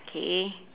okay